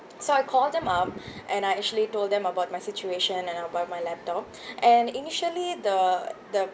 so I call them up and I actually told them about my situation and about my laptop and initially the the